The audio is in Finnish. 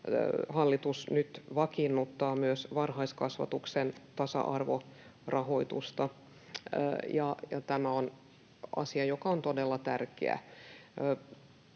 hallitus nyt vakiinnuttaa myös varhaiskasvatuksen tasa-arvorahoitusta. Tämä on asia, joka on todella tärkeä.